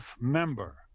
member